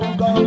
go